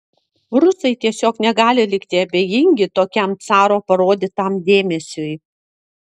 rusai tiesiog negali likti abejingi tokiam caro parodytam dėmesiui